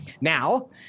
now